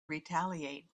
retaliate